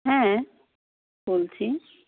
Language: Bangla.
হ্যাঁ বলছি